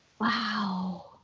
Wow